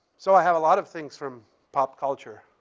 so, i have a lot of things from pop culture.